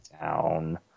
down